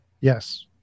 Yes